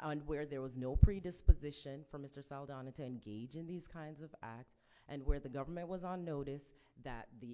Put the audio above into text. and where there was no predisposition for mr saldana to engage in these kinds of acts and where the government was on notice that the